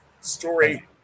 story